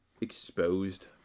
exposed